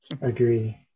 agree